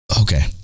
Okay